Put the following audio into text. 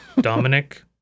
Dominic